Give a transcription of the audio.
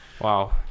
Wow